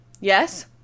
Yes